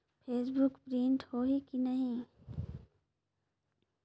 Passbook print होही कि नहीं?